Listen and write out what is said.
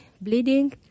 bleeding